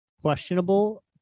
questionable